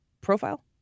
profile